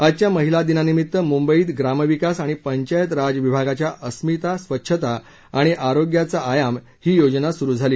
आजच्या महिला दिनानिमित्त मुंबईत ग्रामविकास आणि पंचायत राज विभागाच्या अस्मिता स्वच्छता आणि आरोग्याचा आयाम ही योजना सुरू झाली